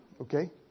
Okay